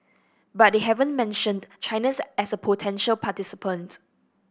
but they haven't mentioned China's as a potential participant